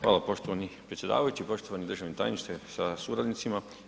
Hvala poštovani predsjedavajući, poštovani državni tajniče sa suradnicima.